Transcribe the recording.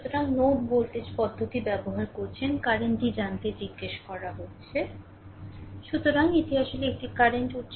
সুতরাং node voltage পদ্ধতি ব্যবহার করছেন কারেন্টটি জানতে জিজ্ঞাসা করা হয়েছে সুতরাং এটি আসলে একটি কারেন্ট উৎস